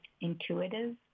intuitive